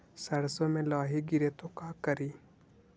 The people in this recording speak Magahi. सरसो मे लाहि गिरे तो का करि?